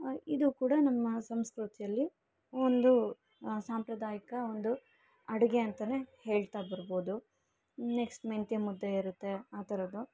ಇದು ಕೂಡ ನಮ್ಮ ಸಂಸ್ಕೃತಿಯಲ್ಲಿ ಒಂದು ಸಾಂಪ್ರದಾಯಿಕ ಒಂದು ಅಡುಗೆ ಅಂತನೇ ಹೇಳ್ತಾ ಬರಬೋದು ನೆಕ್ಸ್ಟ್ ಮೆಂತ್ಯ ಮುದ್ದೆ ಇರುತ್ತೆ ಆ ಥರದ್ದು